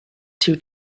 two